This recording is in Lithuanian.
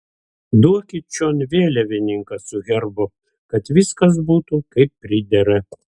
duokit čion vėliavininką su herbu kad viskas būtų kaip pridera